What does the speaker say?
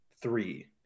three